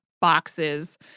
boxes